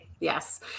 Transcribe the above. Yes